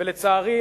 ולצערי,